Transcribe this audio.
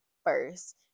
first